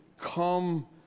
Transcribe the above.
come